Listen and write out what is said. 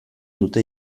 dute